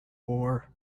war